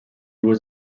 was